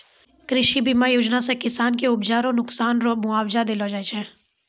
कृषि बीमा योजना से किसान के उपजा रो नुकसान रो मुआबजा देलो जाय छै